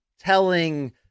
telling